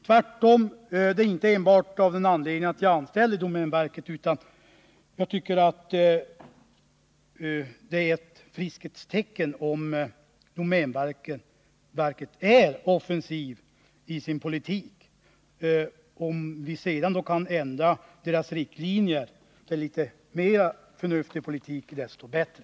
Det är inte bara därför att jag är anställd i domänverket som jag tycker att det är ett friskhetstecken om domänverket är offensivt i sin politik. Om vi sedan kan ändra riktlinjerna för domänverket, så att det kan föra en ännu mer förnuftig politik, är det desto bättre.